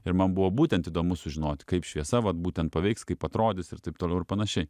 ir man buvo būtent įdomu sužinot kaip šviesa vat būtent paveiks kaip atrodys ir taip toliau ir panašiai